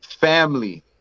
family